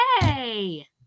Hey